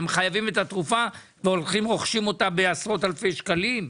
והם חייבים את התרופה והולכים רוכשים אותה בעשרות אלפי שקלים?